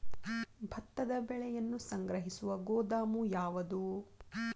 ಭತ್ತದ ಬೆಳೆಯನ್ನು ಸಂಗ್ರಹಿಸುವ ಗೋದಾಮು ಯಾವದು?